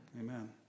Amen